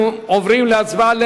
אנחנו עוברים להצבעה.